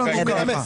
מי נגד?